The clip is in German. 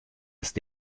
ist